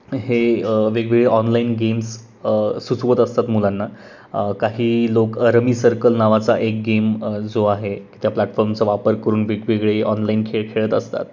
हे वेगवेगळे online games सुचवत असतात मुलांना काही लोक रमी सर्कल नावाचा एक गेम जो आहे की त्या प्लॅटफॉमचा वापर करून वेगवेगळे ऑनलाईन खेळ खेळत असतात